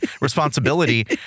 responsibility